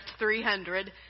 300